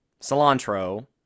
cilantro